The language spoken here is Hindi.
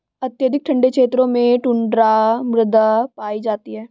अत्यधिक ठंडे क्षेत्रों में टुण्ड्रा मृदा पाई जाती है